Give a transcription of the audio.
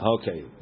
Okay